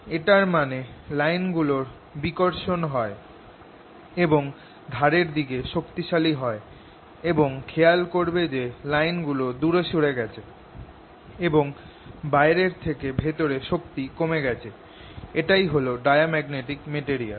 এটার মানে লাইন গুলোর বিকর্ষণ হয় এবং ধারের দিকে শক্তিশালি হয় এবং খেয়াল করবে যে লাইন গুলো দুরে সরে গেছে এবং বাইরের থেকে ভেতরে শক্তি কমে গেছে এটাই হল ডায়াম্যাগনেটিক মেটেরিয়াল